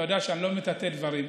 אתה יודע שאני לא מטאטא דברים.